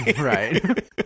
Right